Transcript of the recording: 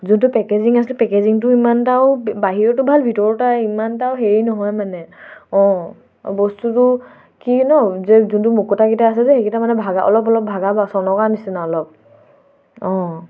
যোনটো পেকেজিং আছিলে পেকেজিঙটো ইমান এটাও বাহিৰতো ভাল ভিতৰতে ইমান এটাও হেৰি নহয় মানে অঁ বস্তুটো কি ন' য যোনটো মুকুতাকেইটা আছে যে সেইকেইটা মানে ভগা অলপ অলপ ভগা বা চনগা নিচিনা অলপ অঁ